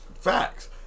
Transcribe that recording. Facts